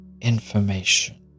information